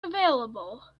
available